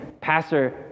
Pastor